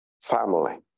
family